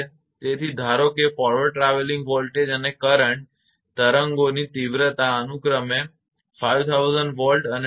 તેથી ધારો કે ફોરવર્ડ ટ્રાવેલીંગ વોલ્ટેજ અને કરંટ તરંગોની તીવ્રતા અનુક્રમે 5000 Voltવોલ્ટ અને 12